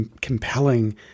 compelling